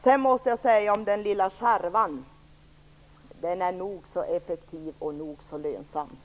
När det sedan gäller den lilla skärvan är den nog så effektiv och nog så lönsam.